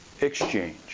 exchange